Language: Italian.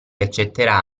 accetterà